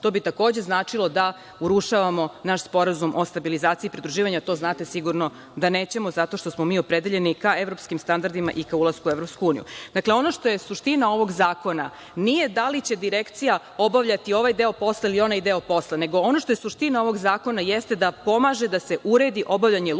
To bi takođe značilo da urušavamo naš Sporazum o stabilizaciji i pridruživanju, a to znate sigurno da nećemo, zato što smo mi opredeljeni ka evropskim standardima i ka ulasku u EU.Ono što je suština ovog zakona nije da li će direkcija obavljati ovaj deo posla ili onaj deo posla, nego ono je suština ovog zakona jeste da pomaže da se uredi obavljanje lučke